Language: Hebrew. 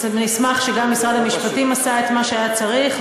נשמח שגם משרד המשפטים עשה את מה שהיה צריך,